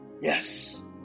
Yes